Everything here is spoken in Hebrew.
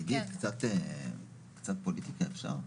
עידית, קצת פוליטיקה אפשר?